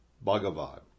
Bhagavad